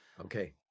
Okay